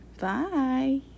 Bye